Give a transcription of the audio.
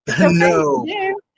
No